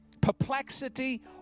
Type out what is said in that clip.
perplexity